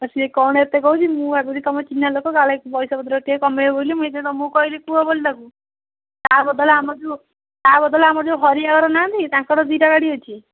ନା ସିଏ କଣ ଏତେ କହୁଛି ମୁଁ ଭାବିଲି ତମ ଚିହ୍ନା ଲୋକ କାଳେ ପଇସାପତ୍ର ଟିକିଏ କମେଇବ ବୋଲି ମୁଁ ସେଇଥିପାଇଁ ତମକୁ କହିଲି କୁହ ବୋଲି ତାକୁ ତା ବଦଳରେ ଆମର ଯେଉଁ ତା ବଦଳରେ ହରିହର ନାହାନ୍ତି ତାଙ୍କର ଦୁଇଟା ଗାଡ଼ି ଅଛି